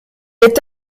est